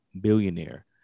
billionaire